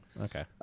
Okay